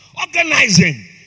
organizing